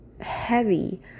heavy